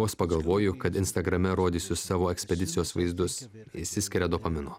vos pagalvoju kad instagrame rodysiu savo ekspedicijos vaizdus išsiskiria dopamino